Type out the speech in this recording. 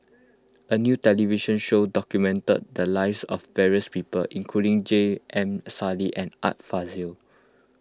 a new television show documented the lives of various people including J M Sali and Art Fazil